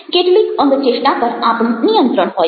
કેટલીક અંગચેષ્ટા પર આપણું નિયંત્રણ હોય છે